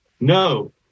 No